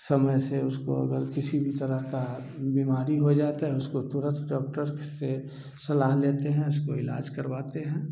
समय से उसको अगर किसी भी तरह का बीमारी हो जाता है उसको तुरंत डाक्टर से सलाह लेते हैं उसको इलाज करवाते हैं